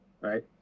Right